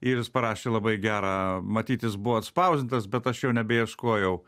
ir jis parašė labai gerą matyt jis buvo atspausdintas bet aš jau nebeieškojau